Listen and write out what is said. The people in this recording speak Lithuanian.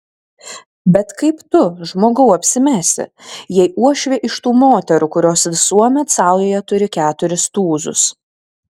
bet kaip tu žmogau apsimesi jei uošvė iš tų moterų kurios visuomet saujoje turi keturis tūzus